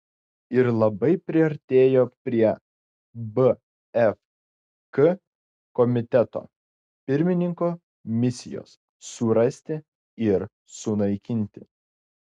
ir labai priartėjo prie bfk komiteto pirmininko misijos surasti ir sunaikinti